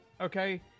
okay